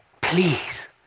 Please